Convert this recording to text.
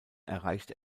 erreichte